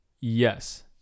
Yes